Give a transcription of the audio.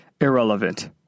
irrelevant